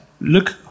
Look